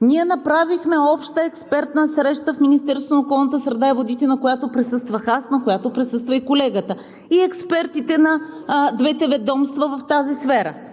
ние направихме обща експертна среща в Министерството на околната среда и водите, на която присъствах аз, на която присъства и колегата, и експертите на двете ведомства в тази сфера.